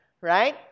right